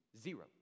Zero